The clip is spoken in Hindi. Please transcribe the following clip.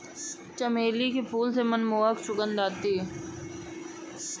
चमेली के फूल से मनमोहक सुगंध आती है